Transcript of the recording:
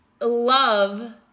love